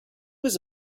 was